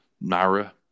Nara